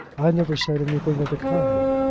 i never said anything of the kind.